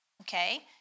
Okay